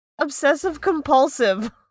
obsessive-compulsive